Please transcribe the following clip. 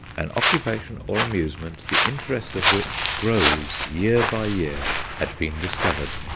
an occupation or amusement the interest of which grows year by year had been discovered.